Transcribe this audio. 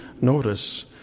notice